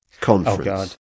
conference